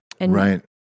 Right